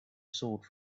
sword